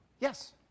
Yes